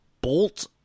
bolt